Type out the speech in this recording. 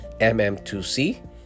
mm2c